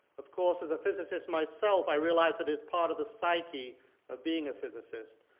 of course as a physicist myself i realize that as part of the psyche of being a physicist,